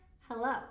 hello